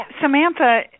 Samantha